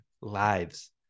lives